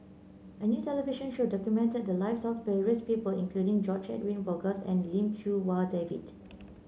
a new television show documented the lives of various people including George Edwin Bogaars and Lim Chee Wai David